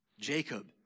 Jacob